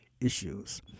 issues